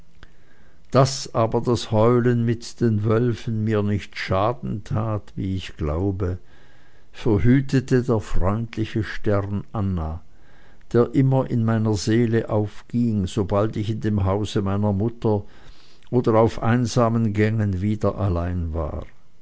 daß aber das heulen mit den wölfen mir nicht schaden tat wie ich glaube verhütete der freundliche stern anna der immer in meiner seele aufging sobald ich in dem hause meiner mutter oder auf einsamen gängen wieder allein war